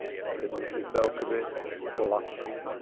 said mrs. belcovitch blushing.